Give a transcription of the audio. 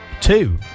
two